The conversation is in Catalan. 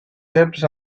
serps